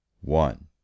One